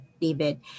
David